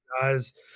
guys